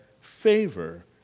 favor